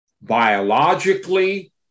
biologically